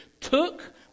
took